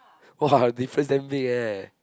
!wah! difference damn big eh